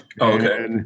Okay